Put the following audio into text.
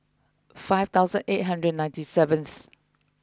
five thousand eight hundred ninety seventh